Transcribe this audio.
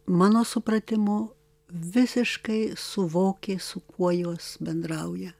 mano supratimu visiškai suvokė su kuo jos bendrauja